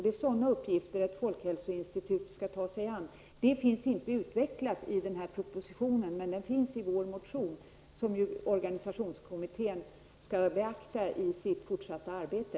Det är sådana uppgifter som ett folkhälsoinstitut skall ta sig an. Detta finns inte utvecklat i propositionen, men däremot i vår motion, som ju organisationskommittén skall beakta i sitt fortsatta arbete.